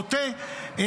בוטה,